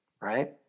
Right